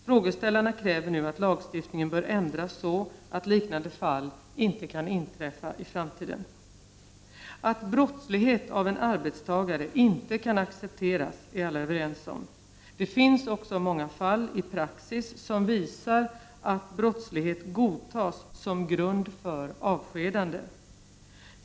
Frågeställarna kräver nu att lagstiftningen ändras så, att liknande fall inte kan inträffa i framtiden. Att brottslighet av en arbetstagare inte kan accepteras är alla överens om. Det finns också många fall i praxis som visar att brottslighet godtas som grund för avskedande.